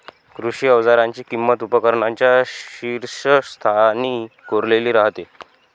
कृषी अवजारांची किंमत उपकरणांच्या शीर्षस्थानी कोरलेली राहते